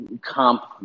comp